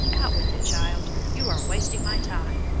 out with it, child! you are wasting my time,